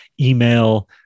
email